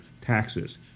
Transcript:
taxes